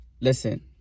Listen